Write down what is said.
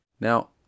Now